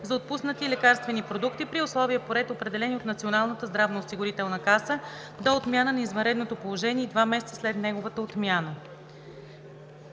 за отпуснати лекарствени продукти, при условия и по ред, определени от Националната здравноосигурителна каса, до отмяна на извънредното положение и два месеца след неговата отмяна.“